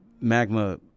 Magma